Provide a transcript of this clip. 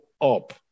up